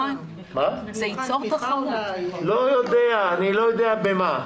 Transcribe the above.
אני לא יודע במה.